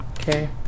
okay